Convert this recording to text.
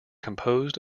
composed